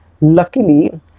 Luckily